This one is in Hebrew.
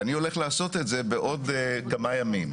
ואני הולך לעשות את זה בעוד כמה ימים.